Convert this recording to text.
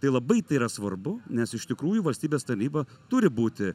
tai labai tai yra svarbu nes iš tikrųjų valstybės tarnyba turi būti